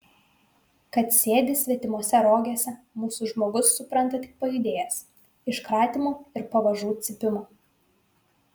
kad sėdi svetimose rogėse mūsų žmogus supranta tik pajudėjęs iš kratymo ir pavažų cypimo